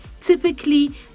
typically